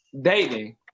dating